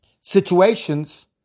situations